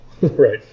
Right